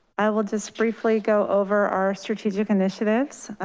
i will just briefly go over our strategic initiatives.